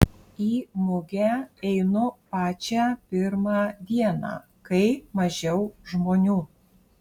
į mugę einu pačią pirmą dieną kai mažiau žmonių